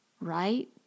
right